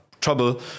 trouble